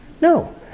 No